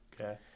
Okay